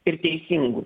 ir teisingų